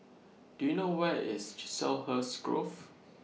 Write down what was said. Do YOU know Where IS Chiselhurst Grove